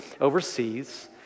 overseas